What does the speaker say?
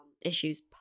issues